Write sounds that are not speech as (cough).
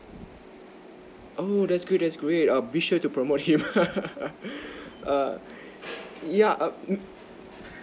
oh that's great that's great err be sure to promote him (laughs) err yeah mm